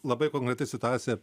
labai konkreti situacija